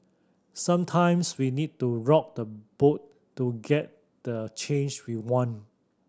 sometimes we need to rock the boat to get the change we want